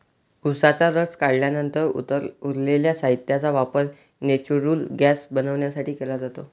उसाचा रस काढल्यानंतर उरलेल्या साहित्याचा वापर नेचुरल गैस बनवण्यासाठी केला जातो